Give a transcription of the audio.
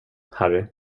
harry